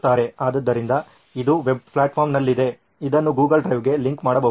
ಆದ್ದರಿಂದ ಇದು ವೆಬ್ ಪ್ಲಾಟ್ಫಾರ್ಮ್ನಲ್ಲಿದೆ ಇದನ್ನು ಗೂಗಲ್ ಡ್ರೈವ್ಗೆ ಲಿಂಕ್ ಮಾಡಬಹುದು